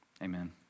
Amen